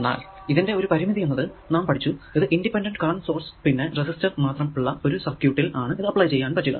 എന്നാൽ ഇതിന്റെ ഒരു പരിമിതി എന്നത് നാം പഠിച്ചു ഇത് ഇൻഡിപെൻഡ് കറന്റ് സോഴ്സ് പിന്നെ റെസിസ്റ്റർ മാത്രം ഉള്ള ഒരു സർക്യൂട് ൽ ആണ് ഇത് അപ്ലൈ ചെയ്യാൻ പറ്റുക